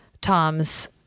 Tom's